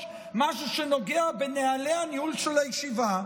משהו שנוגע לנוהלי הניהול של הישיבה,